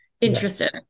interested